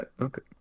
okay